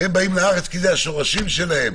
הם באים לארץ כי אלה השורשים שלהם.